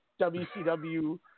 WCW